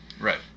right